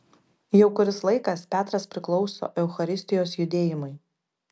jau kuris laikas petras priklauso eucharistijos judėjimui